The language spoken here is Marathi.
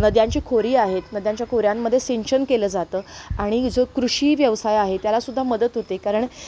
नद्यांची खोरी आहेत नद्यांच्या खोऱ्यांमध्ये सिंचन केलं जातं आणि जो कृषी व्यवसाय आहे त्याला सुद्धा मदत होते कारण